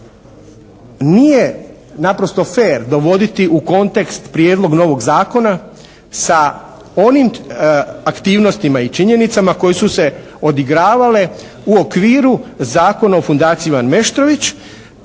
Nije naprosto fer dovoditi u kontekst prijedlog novog zakona sa onim aktivnostima i činjenicama koje su se odigravale u okviru Zakona o fundaciji Ivan Meštrović